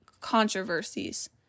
controversies